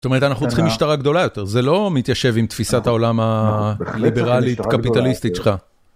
זאת אומרת, אנחנו צריכים משטרה גדולה יותר, זה לא מתיישב עם תפיסת העולם הליברלית-קפיטליסטית שלך.